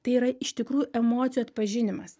tai yra iš tikrųjų emocijų atpažinimas